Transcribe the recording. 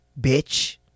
bitch